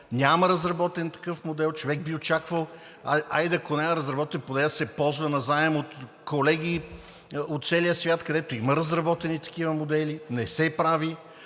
Няма разработен такъв модел. Човек би очаквал, хайде, ако не е разработен, поне да се ползва на- заем от колеги от целия свят, където има разработени такива модели. Не се прави!